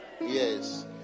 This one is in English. Yes